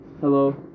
Hello